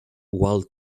while